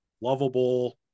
lovable